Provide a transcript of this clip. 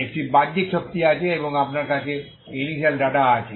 একটি বাহ্যিক শক্তি আছে এবং আপনার কাছে এই ইনিশিয়াল ডাটা আছে